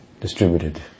distributed